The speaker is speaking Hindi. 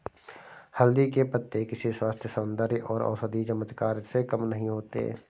हल्दी के पत्ते किसी स्वास्थ्य, सौंदर्य और औषधीय चमत्कार से कम नहीं होते